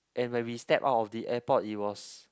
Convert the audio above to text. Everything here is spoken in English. and when we step out of the airport it was